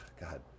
God